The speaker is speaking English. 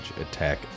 attack